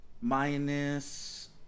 minus